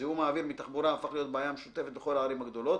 זיהום האוויר מתחבורה הפך להיות בעיה משותפת לכל הערים הגדולות.